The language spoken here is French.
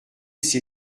ses